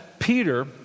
Peter